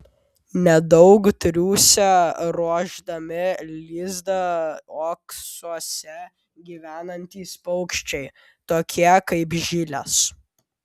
nedaug triūsia ruošdami lizdą uoksuose gyvenantys paukščiai tokie kaip zylės